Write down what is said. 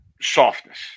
softness